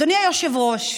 אדוני היושב-ראש,